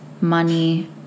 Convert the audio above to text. money